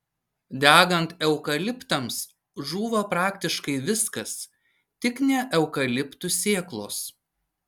degant eukaliptams žūva praktiškai viskas tik ne eukaliptų sėklos